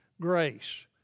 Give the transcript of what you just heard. grace